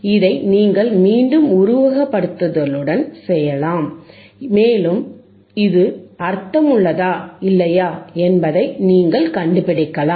இதை நீங்கள் மீண்டும் உருவகப்படுத்துதலுடன் செய்யலாம் மேலும் இது அர்த்தமுள்ளதா இல்லையா என்பதை நீங்கள் கண்டுபிடிக்கலாம்